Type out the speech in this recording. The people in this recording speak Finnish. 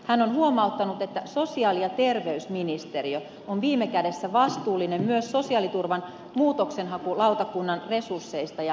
hän on huomauttanut että sosiaali ja terveysministeriö on viime kädessä vastuullinen myös sosiaaliturvan muutoksenhakulautakunnan resursseista ja uudistuksista